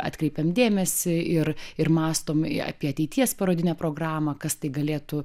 atkreipėm dėmesį ir ir mąstom apie ateities parodinę programą kas tai galėtų